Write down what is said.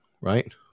right